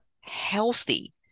healthy